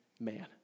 man